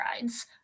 rides